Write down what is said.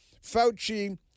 Fauci